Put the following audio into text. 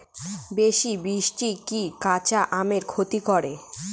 বেশি বৃষ্টি কি কাঁচা আমের ক্ষতি করে?